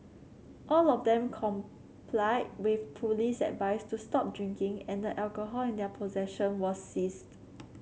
all of them complied with police advice to stop drinking and the alcohol in their possession was seized